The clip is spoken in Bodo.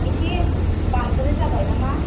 एसे बांद्राय जाबाय नामा